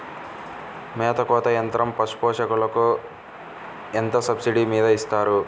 మేత కోత యంత్రం పశుపోషకాలకు ఎంత సబ్సిడీ మీద ఇస్తారు?